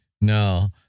No